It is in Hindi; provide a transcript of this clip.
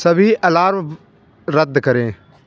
सभी अलार्म रद्द करें